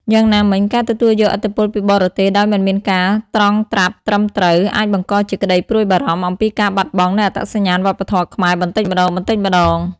យ៉ាងណាមិញ ការទទួលយកឥទ្ធិពលពីបរទេសដោយមិនមានការត្រងត្រាប់ត្រឹមត្រូវ អាចបង្កជាក្តីព្រួយបារម្ភអំពីការបាត់បង់នូវអត្តសញ្ញាណវប្បធម៌ខ្មែរបន្តិចម្តងៗ។